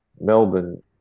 Melbourne